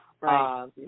right